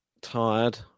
tired